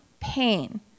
pain